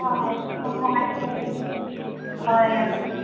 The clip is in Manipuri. ꯑꯥ ꯌꯥꯝ ꯅꯨꯡꯉꯥꯏꯖꯔꯦ ꯑꯗꯨꯗꯤ ꯍꯣꯏ ꯌꯥꯝ ꯅꯨꯡꯉꯥꯏꯖꯔꯦ